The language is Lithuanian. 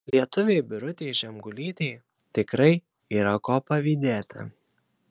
lietuvei birutei žemgulytei tikrai yra ko pavydėti